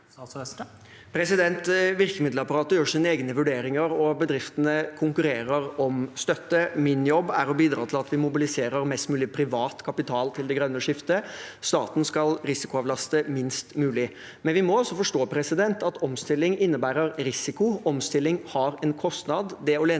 Virkemid- delapparatet gjør sine egne vurderinger, og bedriftene konkurrerer om støtte. Min jobb er å bidra til at vi mobiliserer mest mulig privat kapital til det grønne skiftet. Staten skal risikoavlaste minst mulig, men vi må også forstå at omstilling innebærer risiko, omstilling har en kostnad.